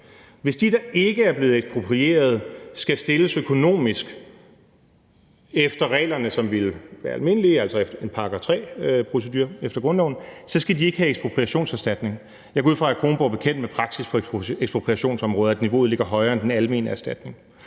Hvis de, der ikke er blevet eksproprieret, skal stilles økonomisk efter reglerne, hvilket ville være det almindelige, altså efter grundlovens § 3, skal de ikke have ekspropriationserstatning. Jeg går ud fra, at hr. Anders Kronborg er bekendt med praksis på ekspropriationsområdet, nemlig at niveauet er højere end den almene erstatning.